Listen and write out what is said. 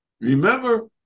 remember